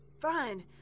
fine